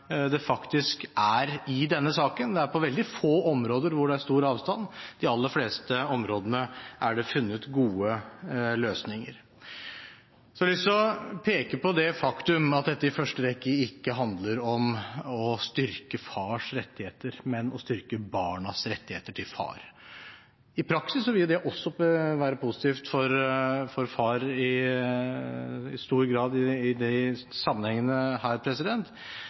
det faktisk er i denne saken. Det er på veldig få områder det er stor avstand, på de aller fleste områdene er det funnet gode løsninger. Så har jeg lyst til å peke på det faktum at dette i første rekke ikke handler om å styrke fars rettigheter, men om å styrke barnas rettigheter til en far. I praksis vil jo det også være positivt for far i stor grad i disse sammenhengene,